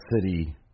city